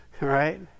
right